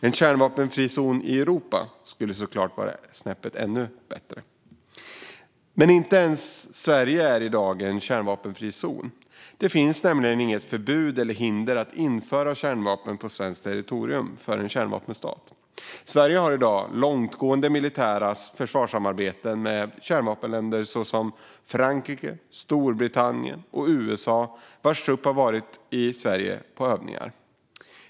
En kärnvapenfri zon i Europa skulle såklart vara snäppet bättre. Inte ens Sverige är dock i dag en kärnvapenfri zon. Det finns nämligen inget förbud eller hinder för en kärnvapenstat att införa kärnvapen på svenskt territorium. Sverige har i dag långtgående militära försvarssamarbeten med kärnvapenländer som Frankrike, Storbritannien och USA vars trupper har varit i Sverige på övningar.